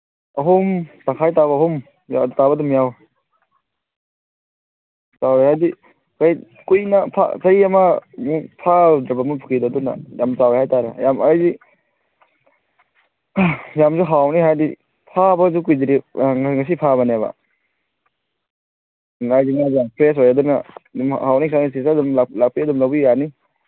ꯑꯍꯨꯝ ꯇꯪꯈꯥꯏ ꯇꯥꯕ ꯑꯍꯨꯝ ꯌꯥꯝ ꯇꯥꯕ ꯑꯗꯨꯝ ꯌꯥꯎꯋꯤ ꯀꯨꯏꯅ ꯆꯍꯤ ꯑꯃꯃꯨꯛ ꯐꯥꯔꯨꯗ꯭ꯔꯕ ꯃꯣꯏ ꯄꯨꯈꯤꯗꯣ ꯑꯗꯨꯅ ꯌꯥꯝ ꯆꯥꯎꯋꯦ ꯍꯥꯏ ꯇꯥꯔꯦ ꯌꯥꯝ ꯍꯥꯏꯗꯤ ꯌꯥꯝꯅꯁꯨ ꯍꯥꯎꯅꯤ ꯍꯥꯏꯗꯤ ꯐꯥꯕꯁꯨ ꯀꯨꯏꯗ꯭ꯔꯤ ꯉꯁꯤ ꯐꯥꯕꯅꯦꯕ ꯉꯥꯁꯤ ꯌꯥꯝ ꯐ꯭ꯔꯦꯁ ꯑꯣꯏ ꯑꯗꯨꯅ ꯑꯗꯨꯝ ꯍꯥꯎꯅꯤ ꯈꯪꯉꯦ ꯁꯤꯗ ꯑꯗꯨꯝ ꯂꯥꯛꯄꯤꯔ ꯑꯗꯨꯝ ꯂꯧꯕꯤ ꯌꯥꯅꯤ